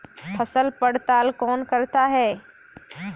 फसल पड़ताल कौन करता है?